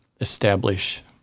establish